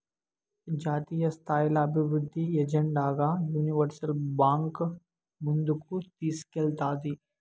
జాతీయస్థాయిల అభివృద్ధి ఎజెండాగా యూనివర్సల్ బాంక్ ముందుకు తీస్కేల్తాది